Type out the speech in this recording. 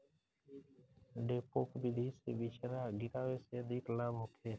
डेपोक विधि से बिचरा गिरावे से अधिक लाभ होखे?